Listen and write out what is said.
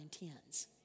intends